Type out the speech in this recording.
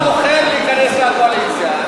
אתה בוחר להיכנס לקואליציה.